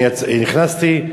נכנסתי,